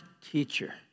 teacher